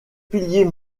piliers